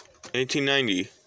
1890